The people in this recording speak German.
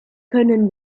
können